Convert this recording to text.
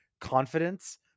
confidence